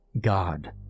God